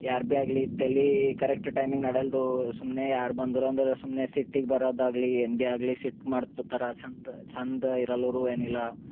ಯಾರು ಭೀ ಆಗಲಿ ತಲೆ ಕರೆಕ್ಟ್ ಟೈಮಿಗೆ ನಡಲ್ದೂ ಸುಮ್ಮನೆ ಯಾರು ಬಂದರು ಅಂದರೂ ಸುಮ್ಮನೆ ಸಿಟ್ಟಿಗೆ ಬರೋದಾಗಲಿ ಏನು ಭೀ ಆಗಲಿ ಸಿಟ್ಟು ಮಾಡ್ಕೊತಾರ ಚಂದ ಚಂದ ಇರಲ್ಲರು ಏನಿಲ್ಲ